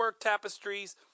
tapestries